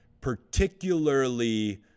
particularly